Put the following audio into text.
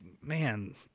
man